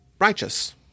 righteous